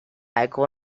eco